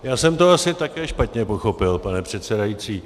Já jsem to asi také špatně pochopil, pane předsedající.